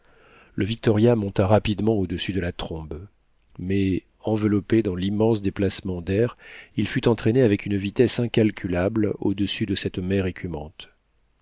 le victoria monta rapidement au-dessus de la trombe mais enveloppé dans l'immense déplacement d'air il fut entraîné avec une vitesse incalculable au-dessus de cette mer